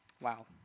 Wow